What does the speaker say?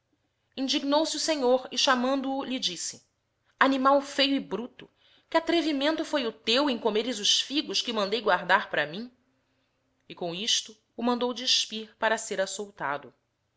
todos indignou-se o senhor e chamando o lhe disse animal feio e bruto que atrevimento foi o teu em comeres os figos que mandei guardar para mim e com isto o mandou despir para ser açoutado